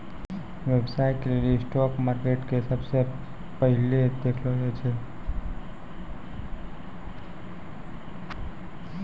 व्यवसाय के लेली स्टाक मार्केट के सबसे पहिलै देखलो जाय छै